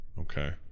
Okay